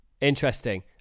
Interesting